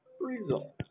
results